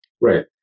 Right